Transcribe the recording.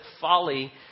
folly